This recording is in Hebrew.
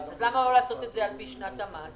אז למה לא לעשות את זה על פי שנת המס?